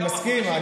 אני מסכים.